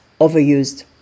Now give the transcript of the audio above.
overused